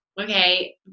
okay